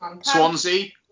Swansea